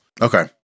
okay